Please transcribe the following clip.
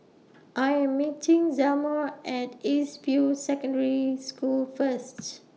I Am meeting Zelma At East View Secondary School First